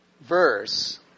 verse